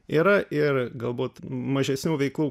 yra ir galbūt mažesnių veiklų